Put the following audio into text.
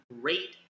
great